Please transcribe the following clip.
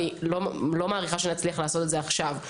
ואני לא מעריכה שנצליח לעשות את זה עכשיו.